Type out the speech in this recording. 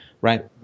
right